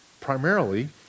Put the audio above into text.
primarily